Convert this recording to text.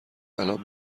الان